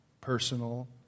personal